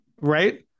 right